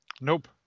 Nope